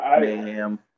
mayhem